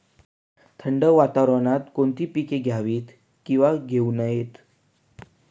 थंड वातावरणात कोणती पिके घ्यावीत? किंवा घेऊ नयेत?